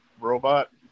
robot